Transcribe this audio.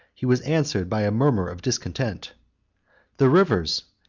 he was answered by a murmur of discontent the rivers!